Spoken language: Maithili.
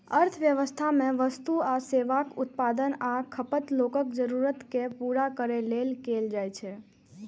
अर्थव्यवस्था मे वस्तु आ सेवाक उत्पादन आ खपत लोकक जरूरत कें पूरा करै लेल कैल जाइ छै